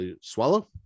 swallow